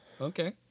Okay